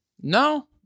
No